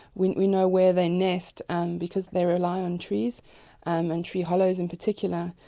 we we know where they nest and because they rely on trees and tree hollows in particular,